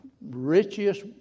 richest